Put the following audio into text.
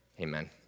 Amen